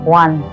one